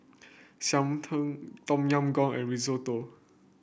Tom Yam Goong and Risotto